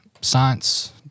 science